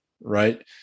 right